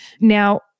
Now